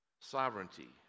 sovereignty